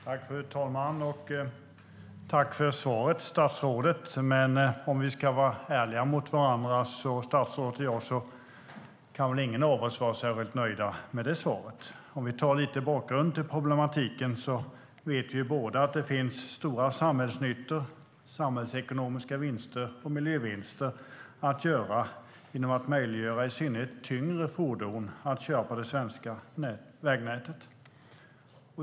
STYLEREF Kantrubrik \* MERGEFORMAT Svar på interpellationerLåt mig ge lite bakgrund till problematiken. Vi vet båda att det finns stora samhällsekonomiska vinster och miljövinster att göra genom att möjliggöra för i synnerhet tyngre fordon att köra på det svenska vägnätet.